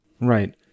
Right